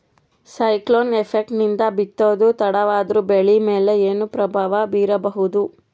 Cyclone effect ನಿಂದ ಬಿತ್ತೋದು ತಡವಾದರೂ ಬೆಳಿ ಮೇಲೆ ಏನು ಪ್ರಭಾವ ಬೀರಬಹುದು?